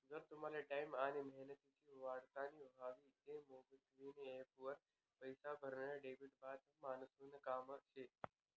जर तुमले टाईम आनी मेहनत वाचाडानी व्हयी तं मोबिक्विक एप्प वर पैसा भरनं डोकेबाज मानुसनं काम शे